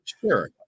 sure